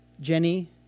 Jenny